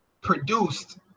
produced